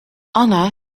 anna